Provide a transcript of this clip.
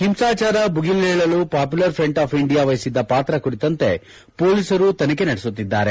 ಒಂಸಾಚಾರ ಭುಗಿಲೇಳಲು Popular Front of India ವಹಿಸಿದ್ದ ಪಾತ್ರ ಕುರಿತಂತೆ ಪೊಲೀಸರು ತನಿಖೆ ನಡೆಸುತ್ತಿದ್ದಾರೆ